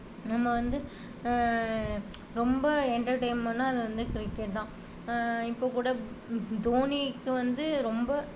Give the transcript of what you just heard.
நம்ம வந்து ரொம்ப என்டர்டைன்மெண்ட்னால் அது வந்து கிரிக்கெட் தான் இப்போ கூட தோனிக்கு வந்து ரொம்ப